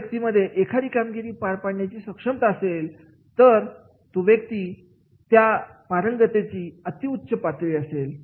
जर व्यक्तीमध्ये एखादी कामगिरी पार पाडण्यासाठी सक्षमता असेल तर तो त्या व्यक्तीची पारंगतता अतिउच्च असेल